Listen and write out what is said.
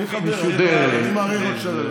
היא מסודרת, אני מאריך עוד שתי דקות.